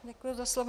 Děkuji za slovo.